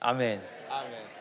Amen